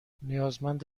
نیازمند